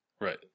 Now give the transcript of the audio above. Right